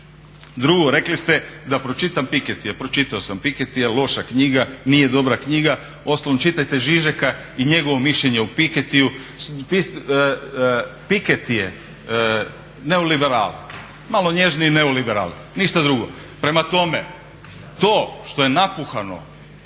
Drugo, rekli ste da pročitam piketty je, pročitao sam, piketty je loša knjiga, nije dobra knjiga, uostalom čitajte Žižeka i njegovo mišljenje o pikettyju. Piketty je neoliberal. Malo nježniji neoliberal, Ništa drugo. Prema tome. To što je napuhano,